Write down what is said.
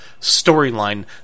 storyline